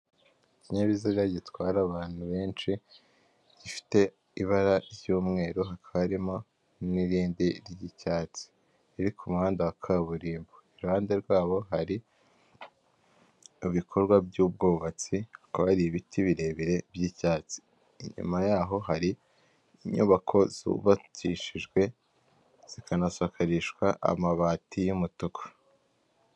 Ikinyabiziga gitwara abantu benshi gifite ibara ry'umweru hakamo n'irindi ry'icyatsi riri ku muhanda wa kaburimbo, iruhande rwabo hari ibikorwa by'ubwubatsi hakaba ibiti birebire by'icyatsi, inyuma yaho hari inyubako zubakishijwe zikanasakarishwa amabati y'umutuku.